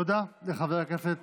תודה לחבר הכנסת